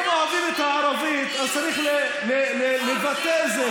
אם אוהבים את הערבית אז צריך לבטא את זה,